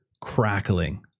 crackling